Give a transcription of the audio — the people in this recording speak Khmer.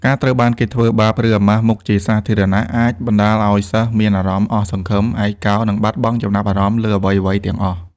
ការត្រូវបានគេធ្វើបាប ឬអាម៉ាស់មុខជាសាធារណៈអាចបណ្តាលឱ្យសិស្សមានអារម្មណ៍អស់សង្ឃឹម ឯកោ និងបាត់បង់ចំណាប់អារម្មណ៍លើអ្វីៗទាំងអស់។